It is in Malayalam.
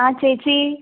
ആ ചേച്ചി